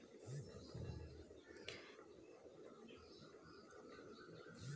कृषक उत्पादक समूह के लिए लक्षित बाजार सभी जगह उपलब्ध है